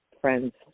friend's